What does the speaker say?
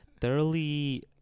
thoroughly